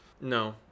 No